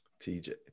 TJ